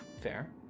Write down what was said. Fair